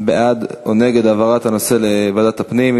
בעד או נגד העברת הנושא לוועדת הפנים.